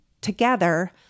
together